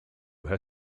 her